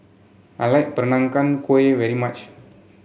I like Peranakan Kueh very much